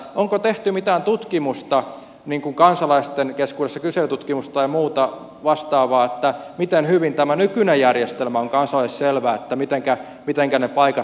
onko tehty mitään tutkimusta kansalaisten keskuudessa kyselytutkimusta tai muuta vastaavaa miten hyvin tämä nykyinen järjestelmä on kansalaisille selvä että mitenkä ne paikat